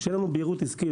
שתהיה לנו בהירות עסקית.